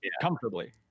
comfortably